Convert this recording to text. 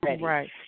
Right